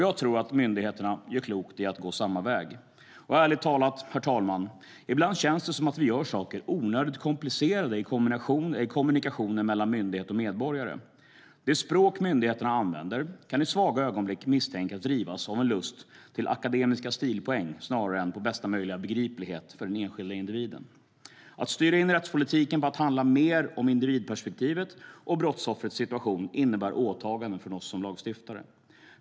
Jag tror att myndigheterna gör klokt i att gå samma väg. Och ärligt talat, herr talman, ibland känns det som att vi gör saker onödigt komplicerade i kommunikationen mellan myndighet och medborgare. Det språk myndigheterna använder kan i svaga ögonblick misstänkas drivas av en lust till akademiska stilpoäng snarare än till bästa möjliga begriplighet för den enskilda individen. Att styra in rättspolitiken på att handla mer om individperspektivet och brottsoffrets situation innebär åtaganden från oss lagstiftare.